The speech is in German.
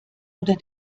oder